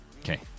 Okay